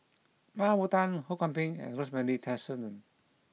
Mah Bow Tan Ho Kwon Ping and Rosemary Tessensohn